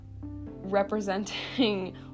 representing